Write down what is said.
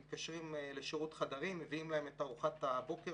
הם מתקשרים לשירות חדרים ומביאים להם את ארוחת הבוקר